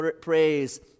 praise